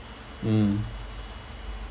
mm